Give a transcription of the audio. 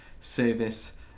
service